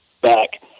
back